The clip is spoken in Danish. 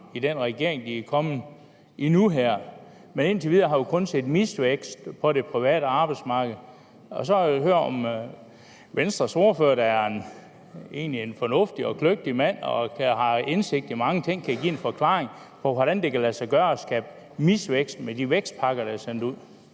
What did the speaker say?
i den regering, de er kommet i nu. Men indtil videre har vi kun set misvækst på det private arbejdsmarked. Så vil jeg høre, om Venstres ordfører, der egentlig er en fornuftig og kløgtig mand med indsigt i mange ting, kan give en forklaring på, hvordan det kan lade sig gøre at skabe misvækst med de vækstpakker, der er sendt ud.